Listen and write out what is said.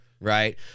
Right